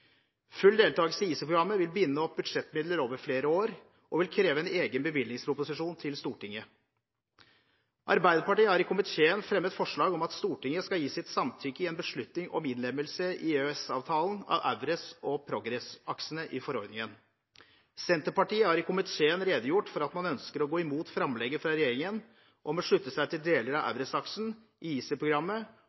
Full deltakelse i EaSI-programmet vil binde opp budsjettmidler over flere år, og vil kreve en egen bevilgningsproposisjon til Stortinget. Arbeiderpartiet har i komiteen fremmet forslag om at Stortinget skal gi sitt samtykke i en beslutning om innlemmelse i EØS-avtalen av EURES- og PROGRESS-aksene i forordningen. Senterpartiet har i komiteen redegjort for at man ønsker å gå imot framlegget fra regjeringen om å slutte seg til deler av